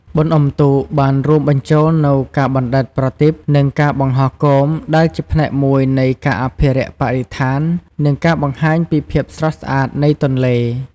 បុណ្យអុំទូក បានរួមបញ្ចូលនូវការបណ្ដែតប្រទីប និងការបង្ហោះគោម ដែលជាផ្នែកមួយនៃការអភិរក្សបរិស្ថាន និងការបង្ហាញពីភាពស្រស់ស្អាតនៃទន្លេ។